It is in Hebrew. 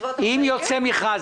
אם ייצא מכרז,